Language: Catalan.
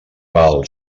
val